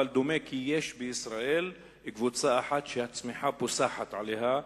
אבל דומה כי יש בישראל קבוצה אחת שהצמיחה פוסחת עליה,